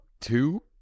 two